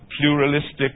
pluralistic